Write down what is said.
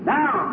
Now